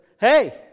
hey